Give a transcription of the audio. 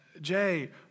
Jay